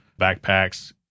backpacks